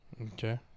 Okay